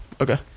Okay